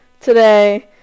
today